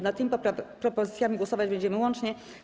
Nad tymi propozycjami głosować będziemy łącznie.